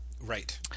Right